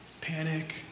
Panic